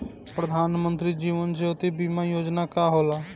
प्रधानमंत्री जीवन ज्योति बीमा योजना का होला?